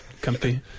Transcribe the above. Comfy